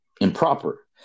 improper